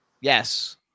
Yes